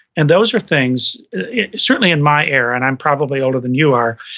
and those are things certainly in my era and i'm probably older than you are.